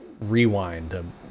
rewind